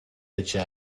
ажээ